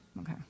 Okay